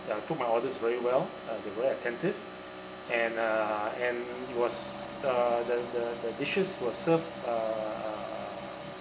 uh took my orders very well uh they were attentive and uh and it was uh the the the dishes were served uh